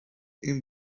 این